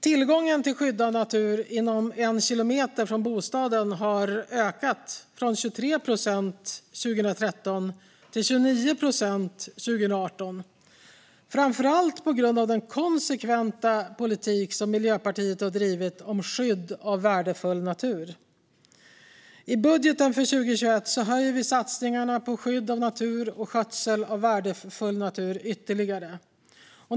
Tillgången till skyddad natur inom en kilometer från bostaden har ökat, från 23 procent 2013 till 29 procent 2018, framför allt på grund av den konsekventa politik som Miljöpartiet har drivit om skydd av värdefull natur. I budgeten för 2021 höjer vi satsningarna på skydd av natur och skötsel av värdefull natur ytterligare.